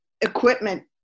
equipment